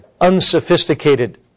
unsophisticated